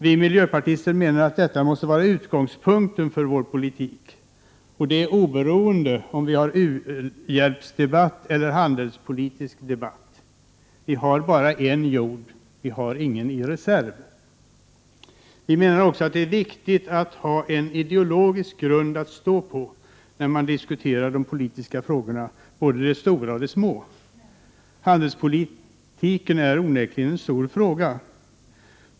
Vi miljöpartister menar att detta måste vara utgångspunkten för den politik som förs, oberoende om det är fråga om u-hjälpsdebatt eller handelspolitisk debatt. Vi har bara en jord, och det finns ingen ny i reserv. Vi menar också att det är viktigt att ha en ideologisk grund att stå på när man diskuterar politiska frågor, både de stora och de små. Handelspolitiken är onekligen en stor fråga.